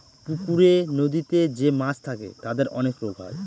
পুকুরে, নদীতে যে মাছ থাকে তাদের অনেক রোগ হয়